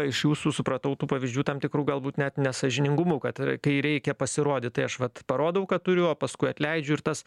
iš jūsų supratau tų pavyzdžių tam tikrų galbūt net nesąžiningumu kad kai reikia pasirodyt tai aš vat parodau kad turiu o paskui atleidžiu ir tas